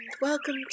welcome